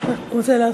רוצה להוסיף,